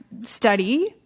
study